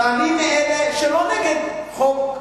ואני מאלה שלא נגד חוק,